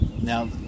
Now